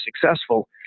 successful